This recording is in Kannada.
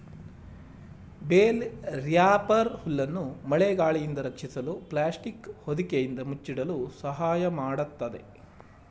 ಬೇಲ್ ರ್ಯಾಪರ್ ಹುಲ್ಲನ್ನು ಮಳೆ ಗಾಳಿಯಿಂದ ರಕ್ಷಿಸಲು ಪ್ಲಾಸ್ಟಿಕ್ ಹೊದಿಕೆಯಿಂದ ಮುಚ್ಚಿಡಲು ಸಹಾಯ ಮಾಡತ್ತದೆ